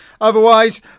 Otherwise